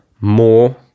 more